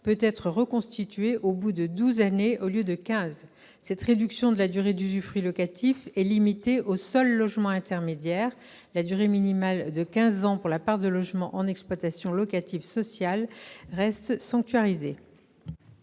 peut être reconstituée au bout de douze années, au lieu de quinze. Cette réduction de la durée d'usufruit locatif est limitée au seul logement intermédiaire : la durée minimale de quinze années pour la part de logements en exploitation locative sociale reste sanctuarisée.